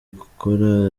gukora